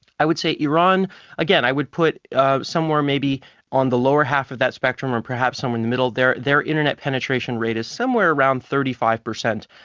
i would say iran again, i would put ah somewhere maybe on the lower half of that spectrum or perhaps somewhere in the middle there their internet penetration rate is somewhere around thirty five percent.